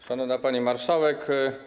Szanowna Pani Marszałek!